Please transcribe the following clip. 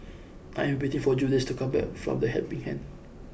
I am waiting for Julious to come back from The Helping Hand